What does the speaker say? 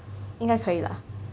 应该可以 lah